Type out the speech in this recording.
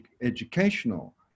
educational